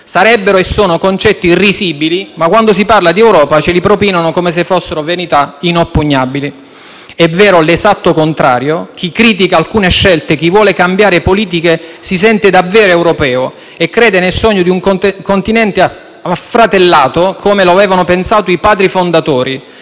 Sarebbero e sono concetti risibili, ma quando si parla di Europa ce li propinano come se fossero verità inoppugnabili. È vero l'esatto contrario; chi critica alcune scelte, chi vuole cambiare politiche, si sente davvero europeo e crede nel sogno di un Continente affratellato, come lo avevano pensato i padri fondatori,